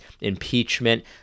impeachment